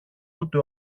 ούτε